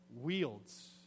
wields